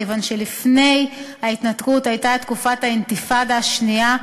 מכיוון שלפני ההתנתקות הייתה תקופת האינתיפאדה השנייה,